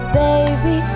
baby